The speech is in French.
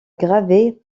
gravée